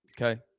Okay